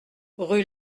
rue